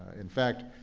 in fact,